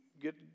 get